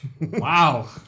Wow